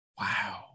Wow